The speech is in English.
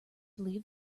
believe